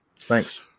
Thanks